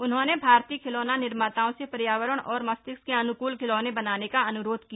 उन्होंने भारतीय खिलौना निर्माताओं से पर्यावरण और मस्तिष्क के अन्कूल खिलौने बनाने का अन्ररोध किया